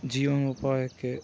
ಜೀವನೋಪಾಯಕ್ಕೆ